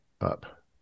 up